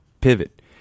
pivot